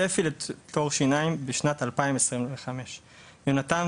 צפי לתור שינויים בשנת 2025. יונתן